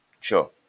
Sure